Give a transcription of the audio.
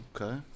Okay